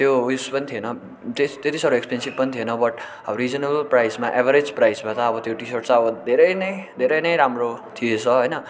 त्यो उयेस पनि थिएन त्यस त्यति साह्रो एक्सपेन्सिभ पनि थिएन बट अब रिजनेबल प्राइसमा एभरेज प्राइसमा त अब त्यो टी सर्ट चाहिँ अब धेरै नै धेरै नै राम्रो थिएछ होइन